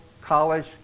college